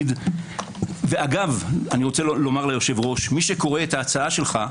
אגב מי שקורא את ההצעה שלך,